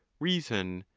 reason,